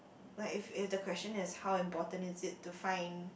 but if if the question is how important it is to find